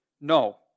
No